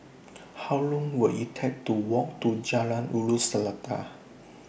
How Long Will IT Take to Walk to Jalan Ulu Seletar